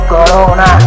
Corona